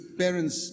parents